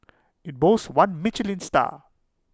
IT boasts one Michelin star